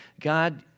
God